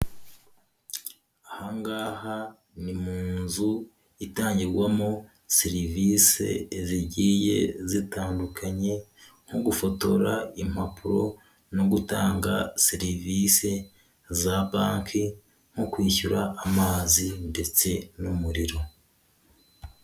Aha ngaha ni munzu itangirwamo serivisi zigiye zitandukanye, nko gufotora impapuro no gutanga serivisi za banki nko kwishyura amazi ndetse n'umuriro.